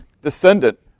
descendant